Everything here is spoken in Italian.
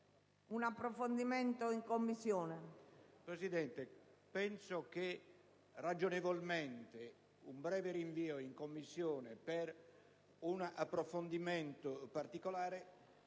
Presidente, penso che un breve rinvio in Commissione per un approfondimento particolare